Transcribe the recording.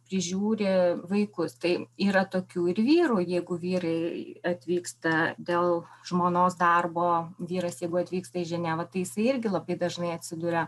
prižiūri vaikus tai yra tokių ir vyrų jeigu vyrai atvyksta dėl žmonos darbo vyras jeigu atvyksta į ženevą tai jisai irgi labai dažnai atsiduria